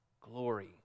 glory